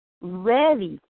ready